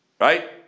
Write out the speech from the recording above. Right